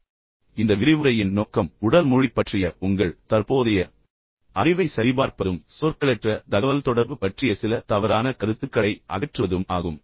இப்போது இந்த விரிவுரையின் நோக்கம் உடல் மொழி பற்றிய உங்கள் தற்போதைய அறிவை சரிபார்ப்பதும் சொற்களற்ற தகவல்தொடர்பு பற்றிய சில தவறான கருத்துக்களை அகற்றுவதும் ஆகும்